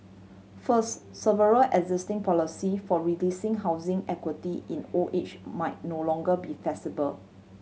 first several existing policy for releasing housing equity in old age might no longer be feasible